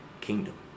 kingdom